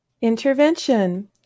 Intervention